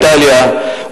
איטליה,